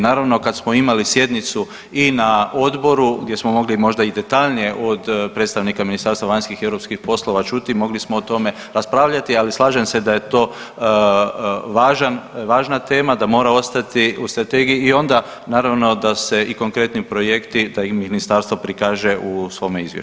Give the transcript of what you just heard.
Naravno kad smo imali sjednicu i na odboru gdje smo mogli možda i detaljnije od predstavnika Ministarstva vanjskih i europskih poslova čuti i mogli smo o tome raspravljati, ali slažem se da je to važan, važna tema, da mora ostati u strategiji i onda naravno da se i konkretni projekti da ih ministarstvo prikaže u svoje izvješću.